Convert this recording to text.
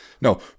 No